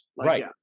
right